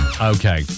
okay